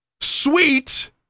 Sweet